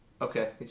Okay